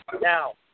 Now